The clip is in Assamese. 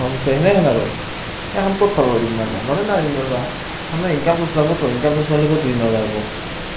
মাজতে সেনেহেন আৰু এখান ক'ত পাৰিব ঋণ মাৰিব নোৱাৰে নহয় ঋণ মাৰিব মানুহৰ ইনকাম চ'ৰ্চ লাগিবতো ইনকাম চ'ৰ্চ নহ'লে ক'ত ঋণ মাৰিব পাৰিব